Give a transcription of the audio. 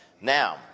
Now